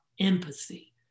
empathy